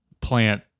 plant